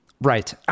Right